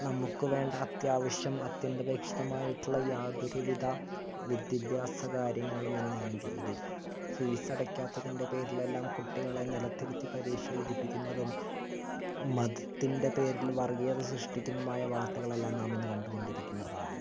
നമുക്ക് വേണ്ട അത്യാവശ്യം അത്യന്തപേക്ഷിതമായിട്ടുള്ള യാതൊരു വിധ വിദ്യാഭ്യാസ കാര്യങ്ങളും ഇന്ന് ഇന്ത്യയിൽ ഇല്ല ഫീസടക്കാത്തതിൻ്റെ പേരിലെല്ലാം കുട്ടികളെ നിലത്തിരുത്തി പരീക്ഷ എഴുതിപ്പിക്കുന്നതും മതത്തിൻ്റെ പേരിൽ വർഗ്ഗീയത സൃഷ്ടിക്കുന്നതുമായ വാർത്തകളെല്ലാം നാം ഇന്ന് കണ്ടുകൊണ്ടിരിക്കുന്നതാണ്